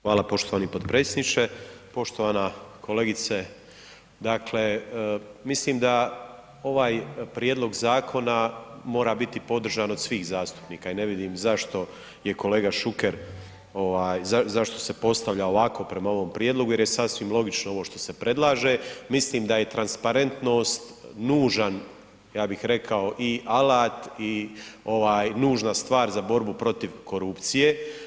Hvala poštovani potpredsjedniče, poštovana kolegice, dakle mislim da ovaj prijedlog zakona mora biti podržan od svih zastupnika i ne vidim zašto je kolega Šuker, zašto se postavlja ovako prema ovom prijedlogu jer je sasvim logično ovo što se predlaže, mislim da je transparentnost nužan ja bih rekao i alat i nužna stvar za borbu protiv korupcije.